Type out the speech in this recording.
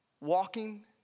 walking